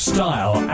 Style